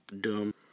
dumb